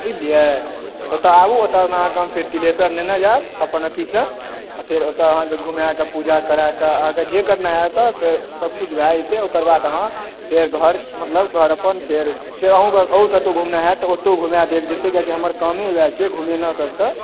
बुझलियै आबू ओतऽ हम अहाँकेॅं तिल्हेश्वर नेने जाएब अपन अथीसँ फेर ओतऽ अहाँकेँ घुमाकऽ पूजा कराकऽ जे करना होयत एतऽ से सब किछु भए जेतै ओकर बाद अहाँ फेर घर मतलब फेर घर अपन फेर अहुँ कतौ घुमनाइ होयत तऽ ओतौ घुमाय देब कियाकि हमर वएह छै घुमेनाइ सबके